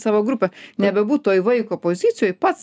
savo grupę nebebūt toj vaiko pozicijoj pats